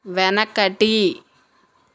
వెనకటి